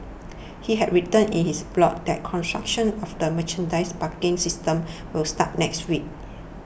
he had written in his blog that construction of the mechanised parking system will start next week